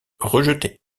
rejetée